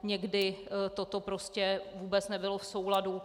Někdy to prostě vůbec nebylo v souladu.